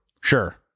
sure